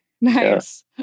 Nice